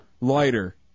lighter